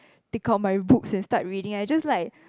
take out my books and start reading I just like